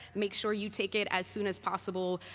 make sure you take it as soon as possible.